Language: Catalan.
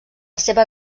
seva